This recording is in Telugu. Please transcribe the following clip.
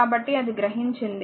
కాబట్టి అది గ్రహించింది